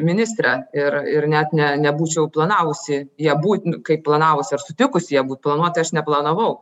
ministre ir ir net ne nebūčiau planavusi ja būt nu kaip planavusi ar sutikusi ja būt planuot tai aš neplanavau